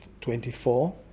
twenty-four